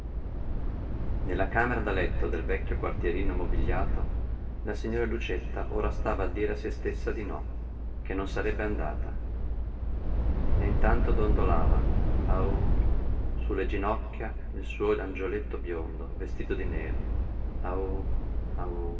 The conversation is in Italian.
nella camera da letto del vecchio quartierino mobigliato la signora lucietta ora stava a dire a se stessa di no che non sarebbe andata e intanto dondolava aòh su le ginocchia il suo angioletto biondo vestito di nero